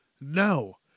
No